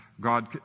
God